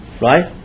right